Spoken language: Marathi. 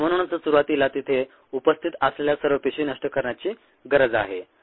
आणि म्हणूनच सुरुवातीला तिथे उपस्थित असलेल्या सर्व पेशी नष्ट करण्याची गरज आहे